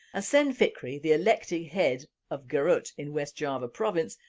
aceng fikri, the elected head of garut in west java province,